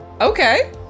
Okay